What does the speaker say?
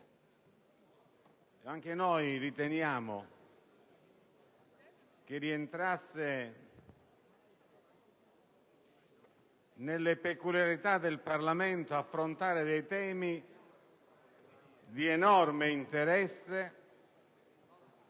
perché riteniamo che rientri nelle peculiarità del Parlamento affrontare temi di enorme interesse